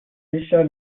sicher